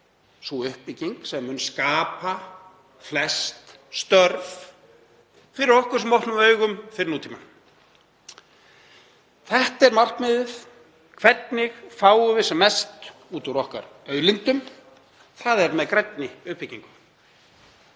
sú uppbygging sem skapa mun flest störf fyrir okkur sem opnum augun fyrir nútímanum. Þetta er markmiðið: Hvernig fáum við sem mest út úr okkar auðlindum? Það er með grænni uppbyggingu.